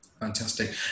Fantastic